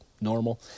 normal